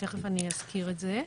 ותכף אני אזכיר את זה,